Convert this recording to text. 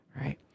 right